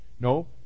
No